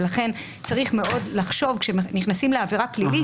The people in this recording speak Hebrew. ולכן צריך מאוד לחשוב כשנכנסים לעבירה פלילית,